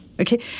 Okay